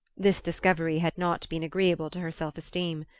this discovery had not been agreeable to her self-esteem.